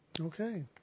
Okay